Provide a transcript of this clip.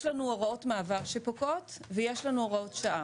יש לנו הוראות מעבר שפוקעות ויש לנו הוראות שעה.